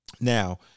Now